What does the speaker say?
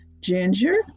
Ginger